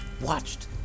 watched